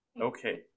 Okay